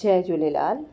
Jay Jhulelal